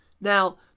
Now